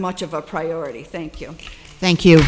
much of a priority thank you thank you